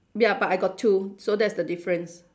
ya but I got two so that's the difference